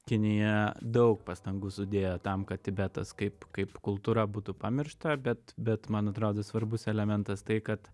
kinija daug pastangų sudėjo tam kad tibetas kaip kaip kultūra būtų pamiršta bet bet man atrodo svarbus elementas tai kad